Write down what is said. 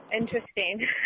interesting